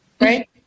Right